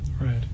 Right